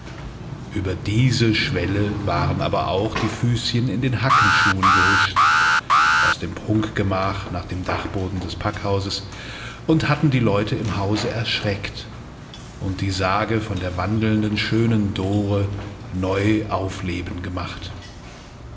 über diese schwelle waren aber auch die füßchen in den hackenschuhen gehuscht aus dem prunkgemach nach dem dachboden des packhauses und hatten die leute im hause erschreckt und die sage von der wandelnden schönen dore neu aufleben gemacht